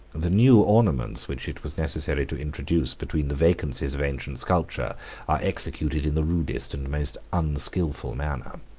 the new ornaments which it was necessary to introduce between the vacancies of ancient sculpture are executed in the rudest and most unskillful manner.